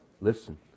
listen